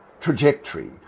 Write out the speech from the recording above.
trajectory